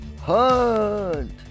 hunt